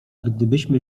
gdybyśmy